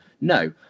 no